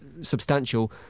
substantial